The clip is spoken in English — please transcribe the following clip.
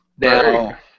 Now